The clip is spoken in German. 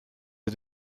wir